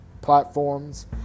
platforms